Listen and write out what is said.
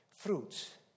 Fruits